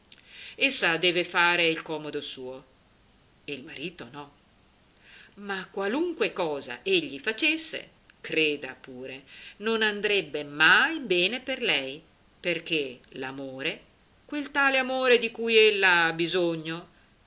deve fare il comodo suo il marito no ma qualunque cosa egli facesse creda pure non andrebbe mai bene per lei perché l'amore quel tale amore di cui ella ha bisogno